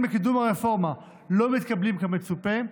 לקידום הרפורמה לא מתקדמים כמצופה,